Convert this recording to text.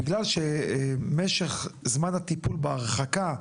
בגלל שמשך זמן הטיפול בהרחקה,